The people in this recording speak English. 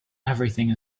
everything